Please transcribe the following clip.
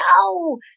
No